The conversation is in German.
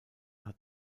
hat